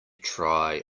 try